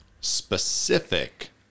specific